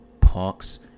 punks